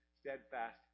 steadfast